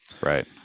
right